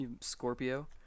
Scorpio